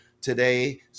today